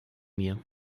mir